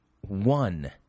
one